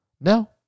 No